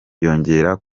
yongera